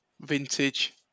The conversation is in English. vintage